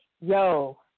Yo